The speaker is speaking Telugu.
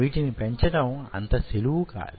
వీటిని పెంచటం అంత సులువు కాదు